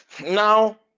now